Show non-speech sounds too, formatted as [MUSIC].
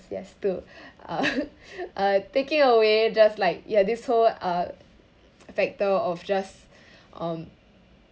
yes to uh [LAUGHS] uh taking away just like ya this whole uh factor of just um